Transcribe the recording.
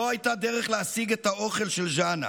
לא הייתה דרך להשיג את האוכל של ג'נא.